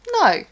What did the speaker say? No